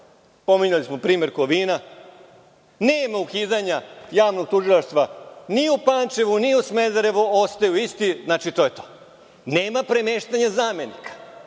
pominjali smo primer Kovina. Nema ukidanja javnog tužilaštva ni u Pančevu, ni u Smederevu. Ostaju isti. Znači, to je to. Nema premeštanja zamenika.